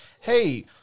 hey